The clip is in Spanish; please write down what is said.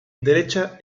derecha